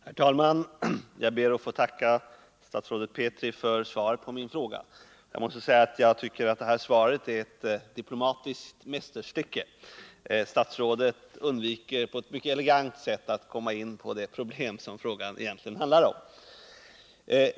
Herr talman! Jag ber att få tacka statsrådet Petri för svaret på min fråga. Jag måste säga att jag tycker att det här svaret är ett diplomatiskt mästerstycke. Statsrådet undviker på ett mycket elegant sätt att komma in på de problem som frågan egentligen handlar om.